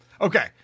Okay